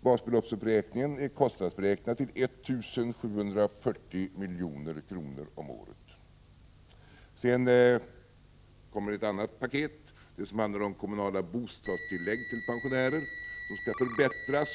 Basbeloppsuppräkningen är kostnadsberäknad till 1 740 milj.kr. om året. Sedan kommer det ett annat paket, som handlar om att de kommunala bostadstilläggen till pensionärer skall förbättras.